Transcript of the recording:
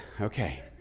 Okay